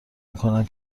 میکنم